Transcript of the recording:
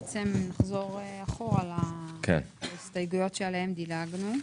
נחזור אחורה להסתייגויות עליהן דילגנו.